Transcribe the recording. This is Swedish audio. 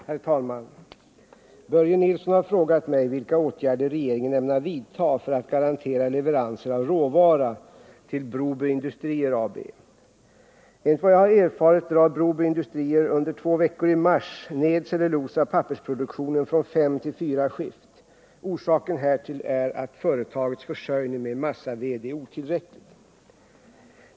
Herr talman! Börje Nilsson har frågat mig vilka åtgärder regeringen ämnar vidta för att garantera leveranser av råvara till Broby Industrier AB. Enligt vad jag har erfarit drar Broby Industrier under två veckor i mars ned cellulosaoch pappersproduktionen från fem till fyra skift. Orsaken härtill är att företagets försörjning med massaved är otillräcklig.